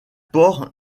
port